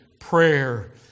prayer